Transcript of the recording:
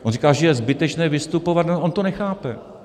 On říká, že je zbytečné vystupovat, no on to nechápe.